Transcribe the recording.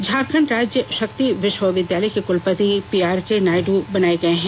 झारखंड राज्य शक्ति विश्वविद्यालय के कुलपति पीआरके नायडू बनाए गए हैं